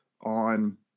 on